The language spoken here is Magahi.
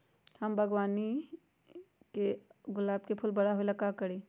हम अपना बागवानी के गुलाब के फूल बारा होय ला का करी?